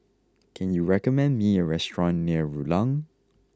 can you recommend me a restaurant near Rulang